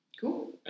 Cool